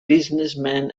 businessman